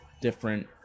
different